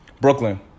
Brooklyn